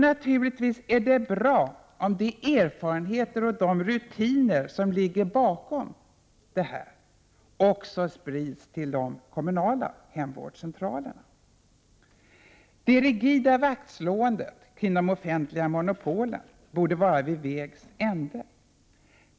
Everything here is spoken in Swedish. Naturligtvis är det bra om de erfarenheter och rutiner som ligger bakom detta också sprids till de kommunala hemvårdscentralerna. Det rigida vaktslåendet om de offentliga monopolen borde vara vid vägs ände.